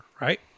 Right